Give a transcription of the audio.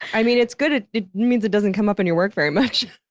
i mean it's good, it it means it doesn't come up in your work very much.